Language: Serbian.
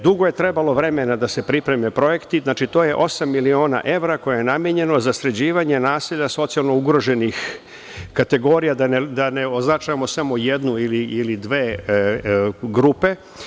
Trebalo je dugo vremena da se pripreme projekti, to je znači osam miliona evra koji su namenjeni za sređivanje naselja socijalno ugroženih kategorija, da ne označimo samo jednu ili dve grupe.